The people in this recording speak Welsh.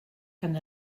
gan